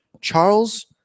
Charles